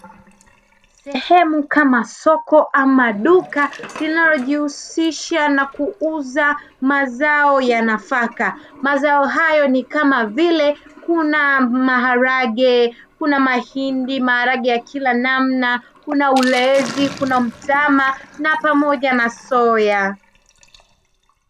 Sehemu kama soko ama duka linalojihusisha na kuuza mazao ya nafaka, mazao hayo ni kama vile kuna maharage, kuna mahindi ,maharage ya kila namna ,kuna ulezi, kuna mtama na pamoja na soya.